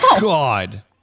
god